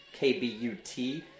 KBUT